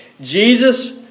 Jesus